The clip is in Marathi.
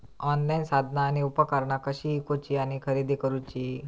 ऑनलाईन साधना आणि उपकरणा कशी ईकूची आणि खरेदी करुची?